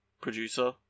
producer